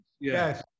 yes